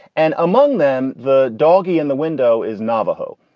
and among them, the doggie in the window is navajo.